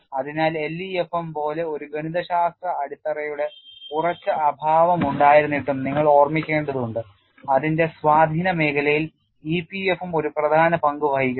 അതിനാൽ LEFM പോലെ ഒരു ഗണിതശാസ്ത്ര അടിത്തറയുടെ ഉറച്ച അഭാവം ഉണ്ടായിരുന്നിട്ടും നിങ്ങൾ ഓർമ്മിക്കേണ്ടതുണ്ട് അതിന്റെ സ്വാധീന മേഖലയിൽ EPFM ഒരു പ്രധാന പങ്ക് വഹിക്കുന്നു